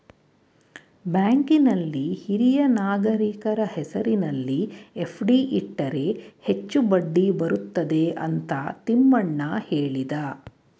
ಬ್ಯಾಂಕಲ್ಲಿ ಹಿರಿಯ ನಾಗರಿಕರ ಹೆಸರಿನಲ್ಲಿ ಎಫ್.ಡಿ ಇಟ್ಟರೆ ಹೆಚ್ಚು ಬಡ್ಡಿ ಬರುತ್ತದೆ ಅಂತ ತಿಮ್ಮಣ್ಣ ಹೇಳಿದ